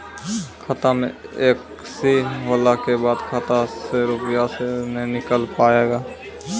खाता मे एकशी होला के बाद खाता से रुपिया ने निकल पाए?